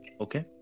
Okay